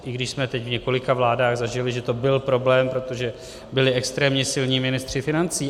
I když jsme teď v několika vládách zažili, že to byl problém, protože byli extrémně silní ministři financí.